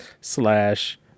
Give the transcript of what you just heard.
slash